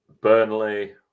Burnley